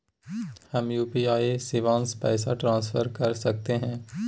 हम यू.पी.आई शिवांश पैसा ट्रांसफर कर सकते हैं?